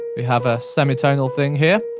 we have a semitonal thing here.